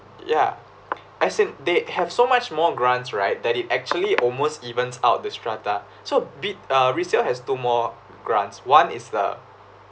ya as in they have so much more grants right that it actually almost evens out the strata so be~ uh resale has two more grants one is uh